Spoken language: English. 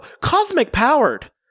cosmic-powered